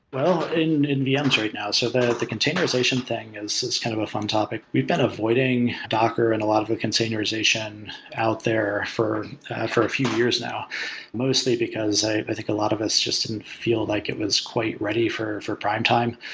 in in vms right now. so the containerization thing is kind of a fun topic. we've been avoiding docker and a lot of the containerization out there for for a few years now mostly because i i think a lot of us just didn't feel like it was quite ready for for prime time.